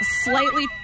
slightly